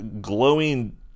glowing